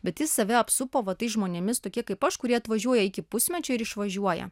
bet jis save apsupo va tais žmonėmis tokie kaip aš kurie atvažiuoja iki pusmečio ir išvažiuoja